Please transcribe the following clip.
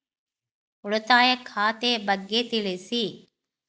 ಉಳಿತಾಯ ಖಾತೆ ಬಗ್ಗೆ ತಿಳಿಸಿ?